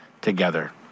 together